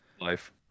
Life